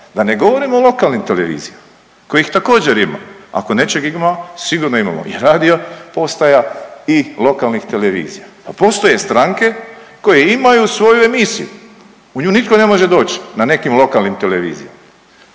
da ne govorim o lokalnim televizijama kojih također ima. Ako nečeg ima sigurno imamo i radio postaja i lokalnih televizija, a postoje stranke koje imaju svoju emisiju u nju nitko ne može doć na nekim lokalnim televizijama.